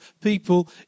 people